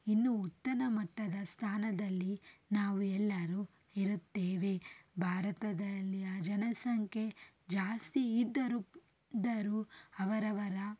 ಇನ್ನೂ ಉತ್ತಮ ಮಟ್ಟದ ಸ್ಥಾನದಲ್ಲಿ ನಾವು ಎಲ್ಲರು ಇರುತ್ತೇವೆ ಭಾರತದಲ್ಲಿಯ ಜನಸಂಖ್ಯೆ ಜಾಸ್ತಿ ಇದ್ದರೂ ಇದ್ದರೂ ಅವರವರ